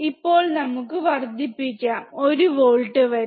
ഇപ്പോൾ നമുക്ക് വർദ്ധിപ്പിക്കാം 1 വോൾട്ട് വരെ